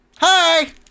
hi